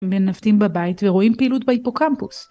מנווטים בבית ורואים פעילות בהיפוקמפוס.